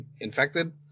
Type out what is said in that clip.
infected